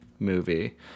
movie